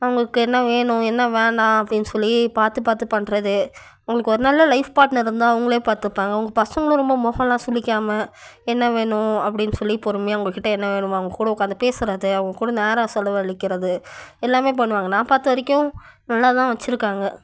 அவங்களுக்கு என்ன வேணும் என்ன வேணா அப்படின் சொல்லி பார்த்து பார்த்து பண்ணுறது அவங்களுக்கு ஒரு நல்ல லைஃப் பார்ட்னர் இருந்தால் அவங்களே பார்த்துப்பாங்க அவங்க பசங்களும் ரொம்ப மொகல்லாம் சுழிக்காமல் என்ன வேணும் அப்படின் சொல்லி பொறுமையாக அவங்கக்கிட்ட என்ன வேணுமோ அவங்கக்கூட உட்காந்து பேசுறது அவங்கக்கூட நேரம் செலவழிக்கிறது எல்லாமே பண்ணுவாங்க நான் பார்த்த வரைக்கும் நல்லா தான் வச்சிருக்காங்க